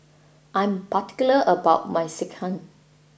I'm particular about my Sekihan